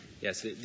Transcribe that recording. Yes